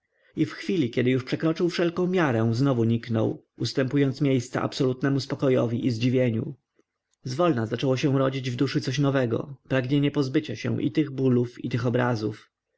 i w chwili kiedy już przekroczył wszelką miarę znowu niknął ustępując miejsca absolutnemu spokojowi i zdziwieniu zwolna zaczęło się rodzić w duszy coś nowego pragnienie pozbycia się i tych bólów i tych obrazów